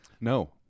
no